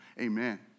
amen